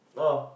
oh